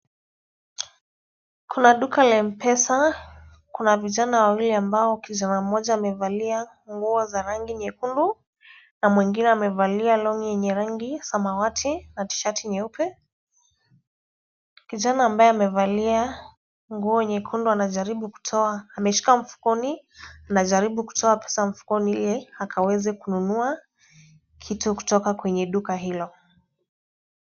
Kuna duka la M-Pesa. Kuna vijana wawili ambao kijana mmoja amevalia nguo za rangi nyekundu na mwingine amevalia long'i ya rangi samawati na tishati nyeupe. Kijana ambaye amevalia nguo nyekundu anajaribu ameshika mfukoni anajaribu kutoa pesa mfukoni ili akaweze kununua kitu kutoka kwenye duka hilo.